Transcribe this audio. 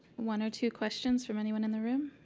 one or two questions from anyone in the room?